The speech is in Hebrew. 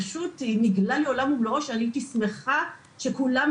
נגלה לי עולם ומלואו שהייתי שמחה שכולם